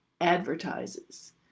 advertises